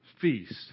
feast